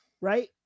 Right